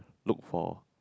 look for